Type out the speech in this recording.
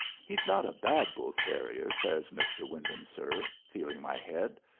he's not a bad bull-terrier, says mr. wyndham, sir, feeling my head.